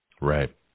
Right